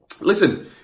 listen